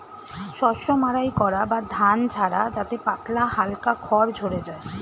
শস্য মাড়াই করা বা ধান ঝাড়া যাতে পাতলা হালকা খড় ঝড়ে যায়